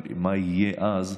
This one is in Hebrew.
אבל מה יהיה אז.